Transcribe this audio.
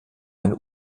ein